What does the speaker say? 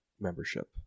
membership